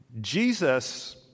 Jesus